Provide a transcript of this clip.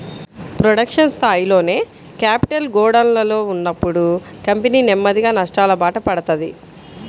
production స్థాయిలోనే capital గోడౌన్లలో ఉన్నప్పుడు కంపెనీ నెమ్మదిగా నష్టాలబాట పడతది